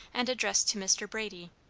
and addressed to mr. brady,